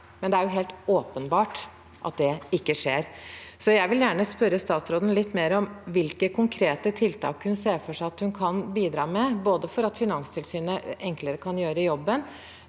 men det er helt åpenbart at det ikke skjer. Jeg vil derfor gjerne spørre statsråden litt mer om hvilke konkrete tiltak hun ser for seg at hun kan bidra med, både for at Finanstilsynet enklere kan gjøre jobben